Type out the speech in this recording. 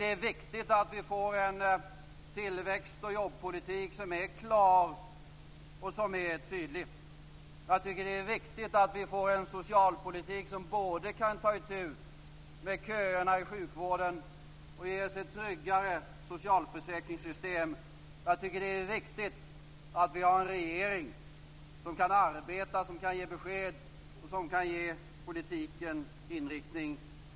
Det är viktigt att vi får en tillväxt och jobbpolitik som är klar och tydlig. Det är viktigt att vi får en socialpolitik som både kan ta itu med köerna i sjukvården och ger oss ett tryggare socialförsäkringssystem. Det är riktigt att vi har en regering som kan arbeta, ge besked och ge politiken inriktning.